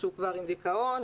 כשהוא כבר עם דיכאון,